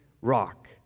rock